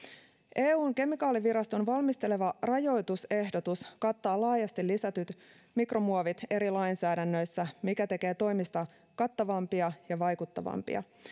eun kemikaaliviraston valmisteleva rajoitusehdotus kattaa laajasti lisätyt mikromuovit eri lainsäädännöissä mikä tekee toimista kattavampia ja vaikuttavampia